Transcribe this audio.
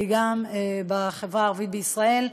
כי גם בחברה הערבית בישראל,